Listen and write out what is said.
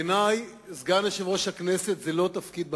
בעיני, סגן יושב-ראש הכנסת זה לא תפקיד בכנסת.